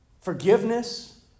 forgiveness